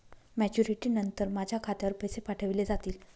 Maturity नंतर माझ्या खात्यावर पैसे पाठविले जातील?